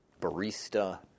barista